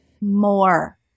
more